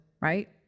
right